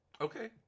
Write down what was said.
okay